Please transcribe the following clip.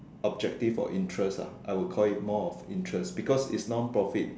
objective or interest ah I would call it more of interest because it's non profit